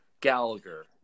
Gallagher